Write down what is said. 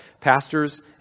pastors